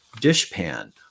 dishpan